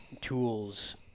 tools